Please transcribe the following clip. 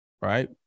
Right